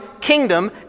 kingdom